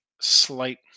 slight